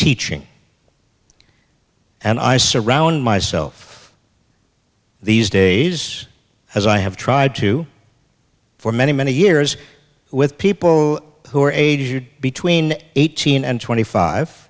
teaching and i surround myself these days as i have tried to for many many years with people who are aged between eighteen and twenty five